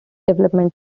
development